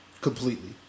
Completely